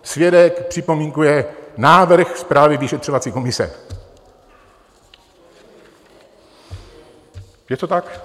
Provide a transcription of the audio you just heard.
Svědek připomínkuje návrh zprávy vyšetřovací komise, je to tak?